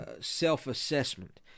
self-assessment